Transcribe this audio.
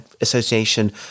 association